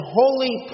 holy